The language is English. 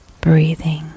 breathing